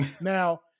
Now